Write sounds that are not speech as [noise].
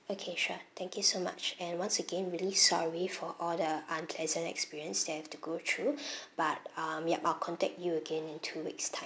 okay sure thank you so much and once again really sorry for all the unpleasant experience that you have to go through [breath] but um yup I'll contact you again in two weeks time